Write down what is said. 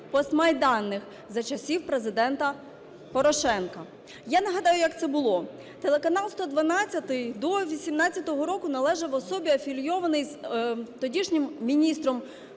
постмайданних, за часів Президента Порошенка. Я нагадаю, як це було. "Телеканал 112" до 18-го року належав особі, афілійованій з тодішнім міністром